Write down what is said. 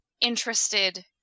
interested